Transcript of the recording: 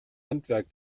handwerk